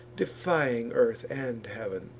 defying earth and heav'n.